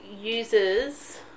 uses